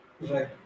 Right